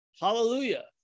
hallelujah